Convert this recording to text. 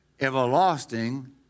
everlasting